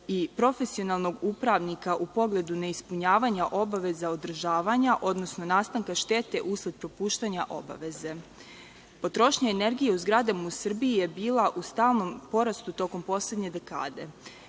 i profesionalnog upravnika u pogledu neispunjavanja obaveza održavanja, odnosno nastanka štete usled propuštanja obaveze. Potrošnja energije u zgradama u Srbiji je bila u stalnom porastu tokom poslednje dekade.